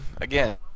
again